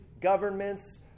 governments